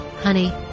Honey